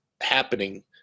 happening